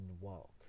walk